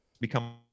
become